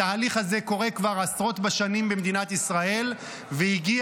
התהליך הזה קורה כבר עשרות בשנים במדינת ישראל והגיע